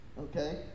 Okay